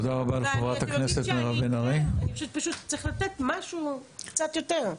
אני חושבת שפשוט צריך לתת משהו קצת יותר.